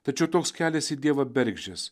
tačiau toks kelias į dievą bergždžias